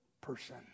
person